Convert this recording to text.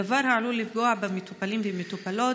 דבר העלול לפגוע במטופלים ובמטופלות,